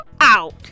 out